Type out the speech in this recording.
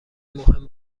مهم